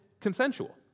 consensual